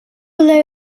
below